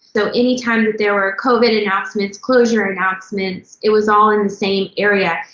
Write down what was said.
so any time that there were covid announcements, closure announcements, it was all in the same area,